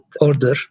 order